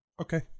Okay